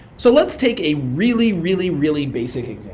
so let's take a really, really, really basic